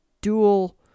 dual